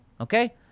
okay